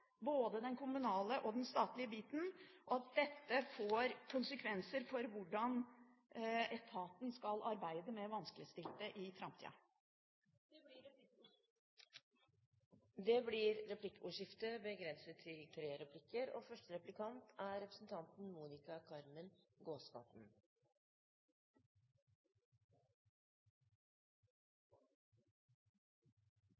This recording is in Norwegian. både den kommunale og den statlige biten, og at dette får konsekvenser for hvordan etaten skal arbeide med vanskeligstilte i framtida. Det blir replikkordskifte. Regjeringspartiene skriver i sine merknader at regjeringen fortsetter den brede innsatsen for bedre fordeling og